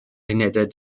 unedau